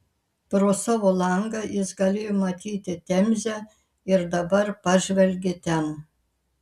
pro savo langą jis galėjo matyti temzę ir dabar pažvelgė ten